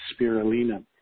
spirulina